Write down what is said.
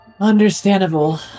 Understandable